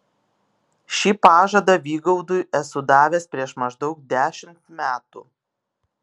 šį pažadą vygaudui esu davęs prieš maždaug dešimt metų